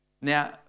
Now